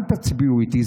אל תצביעו איתי,